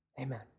amen